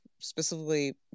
specifically